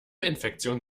infektionen